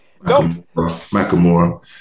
Macamora